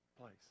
place